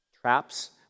traps